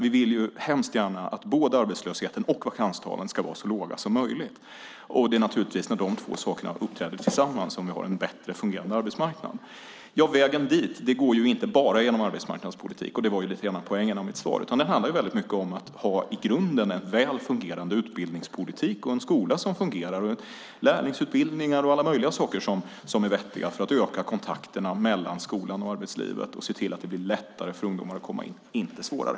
Vi vill ju hemskt gärna att både arbetslösheten och vakanstalen ska vara så låga som möjligt. Det är naturligtvis när de två sakerna uppträder tillsammans som vi har en bättre fungerande arbetsmarknad. Vägen dit går inte bara genom arbetsmarknadspolitik, och det var lite grann poängen i mitt svar. Det handlar väldigt mycket om att ha en i grunden väl fungerande utbildningspolitik, en skola som fungerar, lärlingsutbildningar och alla möjliga saker som är vettiga för att öka kontakterna mellan skolan och arbetslivet och se till att det blir lättare för ungdomar att komma in - inte svårare.